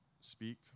speak